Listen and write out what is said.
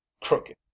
crooked